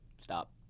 Stop